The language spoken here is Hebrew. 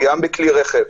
גם בכלי רכב,